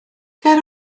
ger